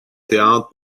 théâtre